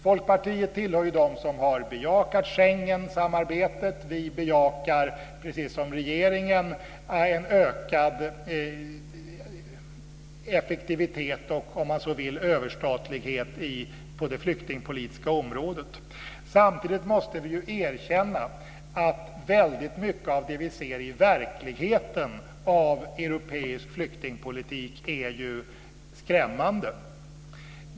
Folkpartiet tillhör ju dem som har bejakat Schengensamarbetet. Vi bejakar, precis som regeringen, en ökad effektivitet och om man så vill överstatlighet på det flyktingpolitiska området. Samtidigt måste vi erkänna att väldigt mycket av det vi ser av europeisk flyktingpolitik i verkligheten är skrämmande.